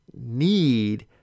need